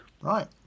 Right